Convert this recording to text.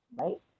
right